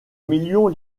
millions